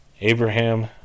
Abraham